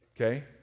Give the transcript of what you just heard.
Okay